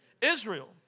Israel